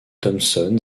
thomson